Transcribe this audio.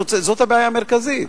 זו הבעיה המרכזית.